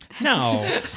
No